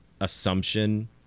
assumption